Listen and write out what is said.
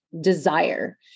desire